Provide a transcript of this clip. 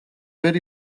ვერ